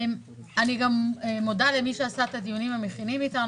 אני גם מודה למי שעשה את הדיונים המכינים אתנו